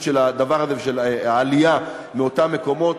של הדבר הזה ושל העלייה מאותם מקומות.